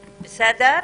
הסיכום.